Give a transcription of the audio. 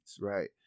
right